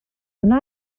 wna